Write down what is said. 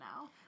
now